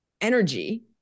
energy